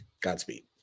Godspeed